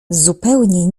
zupełnie